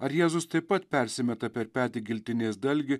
ar jėzus taip pat persimeta per petį giltinės dalgį